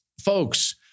folks